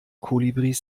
kolibris